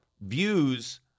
views